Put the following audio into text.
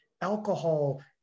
alcohol